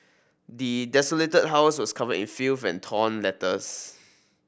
the desolated house was covered in filth and torn letters